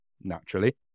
naturally